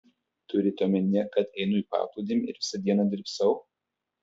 turite omenyje kad einu į paplūdimį ir visą dieną drybsau